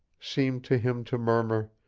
seemed to him to murmur,